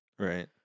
Right